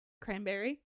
Cranberry